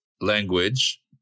language